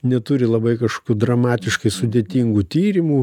neturi labai kažkokių dramatiškai sudėtingų tyrimų